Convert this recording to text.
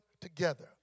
together